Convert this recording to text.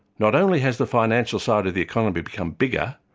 not only has the financial side of the economy become bigger,